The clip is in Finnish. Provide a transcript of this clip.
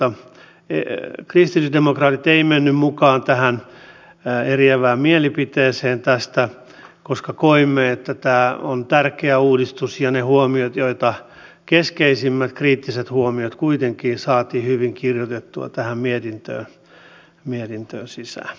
kristillisdemokraatit eivät menneet mukaan eriävään mielipiteeseen tästä koska koimme että tämä on tärkeä uudistus ja ne keskeisimmät kriittiset huomiot kuitenkin saatiin hyvin kirjoitettua mietintöön sisään